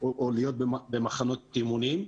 למחנות אימונים.